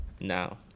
now